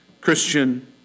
Christian